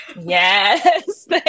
Yes